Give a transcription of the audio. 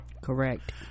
Correct